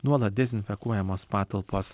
nuolat dezinfekuojamos patalpos